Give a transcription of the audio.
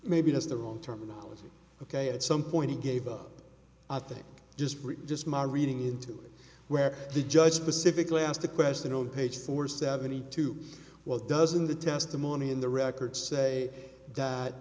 maybe that's the wrong terminology ok at some point he gave up i think just read just my reading into it where the judge specifically asked the question on page four seventy two what doesn't the testimony in the records say that